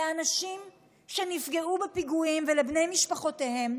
לאנשים שנפגעו בפיגועים ולבני משפחותיהם,